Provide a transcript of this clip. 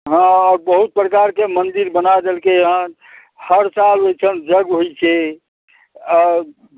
हँ आओर बहुत प्रकारके मन्दिर बना देलकै हँ हर साल ओहिठाम यज्ञ होइ छै आओर